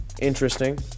Interesting